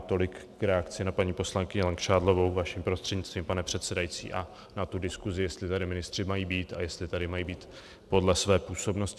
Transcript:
Tolik k reakci na paní poslankyni Langšádlovou vaším prostřednictvím, pane předsedající, a na tu diskusi, jestli tady ministři mají být a jestli tady mají být podle své působnosti.